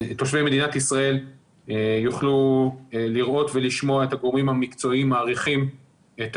ותושבי מדינת ישראל יוכלו לראות ולשמוע את הגורמים המקצועיים מעריכים את